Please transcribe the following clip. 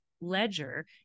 ledger